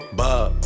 bob